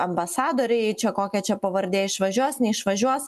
ambasadoriai čia kokia čia pavardė išvažiuos neišvažiuos